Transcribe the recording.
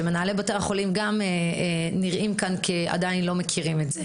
שגם מנהלי בתי החולים עדיין לא מכירים את זה